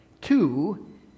two